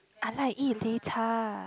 I like eat 擂茶